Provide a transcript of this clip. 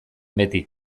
beti